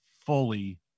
Fully